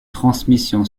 transmission